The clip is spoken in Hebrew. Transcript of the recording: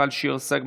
מיכל שיר סגמן,